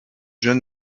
jeune